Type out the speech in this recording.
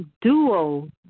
duo